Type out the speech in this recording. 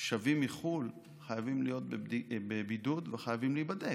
שבים מחו"ל חייבים להיות בבידוד וחייבים להיבדק.